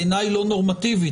בעיניי לא נורמטיבית,